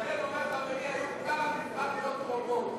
לכן הוא אומר: חברי איוב קרא נבחר להיות רובוט.